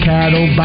Cattle